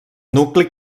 nucli